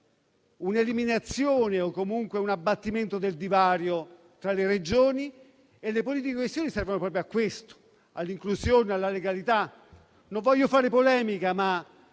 un'eliminazione o comunque un abbattimento del divario tra le Regioni. Le politiche di coesione, infatti, servono proprio a questo: all'inclusione e alla legalità. Non voglio fare polemica, ma